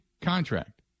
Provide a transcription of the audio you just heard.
contract